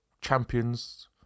Champions